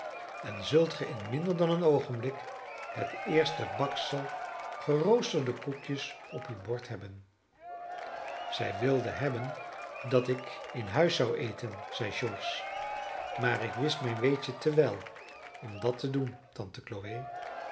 en zult ge in minder dan een oogenblik het eerste baksel geroosterde koekjes op uw bord hebben zij wilde hebben dat ik in huis zou eten zeide george maar ik wist mijn weetje te wel om dat te doen tante